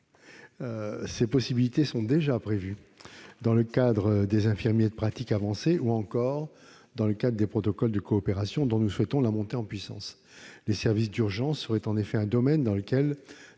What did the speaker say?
ces possibilités sont déjà prévues : dans le cadre des infirmiers de pratique avancée ou encore des protocoles de coopération, dont nous souhaitons la montée en puissance. Les services d'urgence seraient en effet un domaine dans lequel